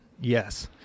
Yes